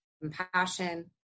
compassion